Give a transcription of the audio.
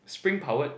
spring powered